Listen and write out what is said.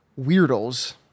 weirdos